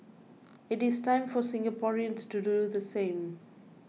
it is time for Singaporeans to do the same